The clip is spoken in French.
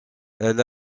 elle